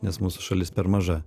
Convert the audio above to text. nes mūsų šalis per maža